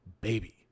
baby